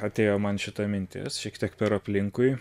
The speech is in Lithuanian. atėjo man šita mintis šiek tiek per aplinkui